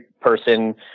person